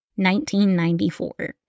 1994